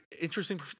interesting